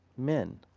men.